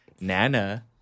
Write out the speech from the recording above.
nana